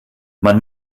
man